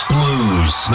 Blues